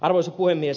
arvoisa puhemies